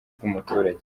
bw’umuturage